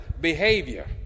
behavior